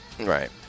Right